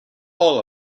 all